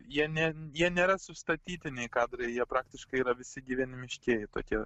jie ne jie nėra sustatytiniai kadrai jie praktiškai yra visi gyvenimiškieji tokie